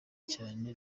cyane